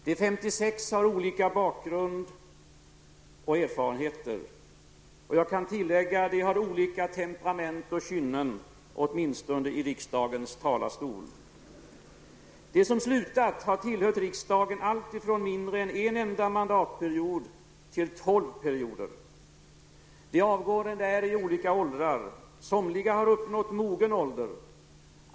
De 56 har olika bakgrund och erfarenheter. Och jag kan tillägga: de har olika temperament och kynnen; åtminstone i riksdagens talarstol! De som slutar har tillhört riksdagen alltifrån mindre än en enda mandatperiod till tolv perioder. De avgående är i olika åldrar; somliga har uppnått mogen ålder.